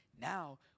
Now